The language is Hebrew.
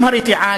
גם הרתיעה,